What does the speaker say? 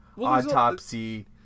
autopsy